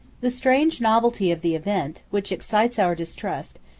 the strange novelty of the event, which excites our distrust,